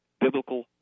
biblical